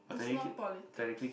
is no politics